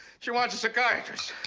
she wants a psychiatrist,